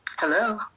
Hello